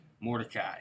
Mordecai